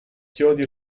chiodi